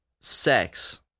sex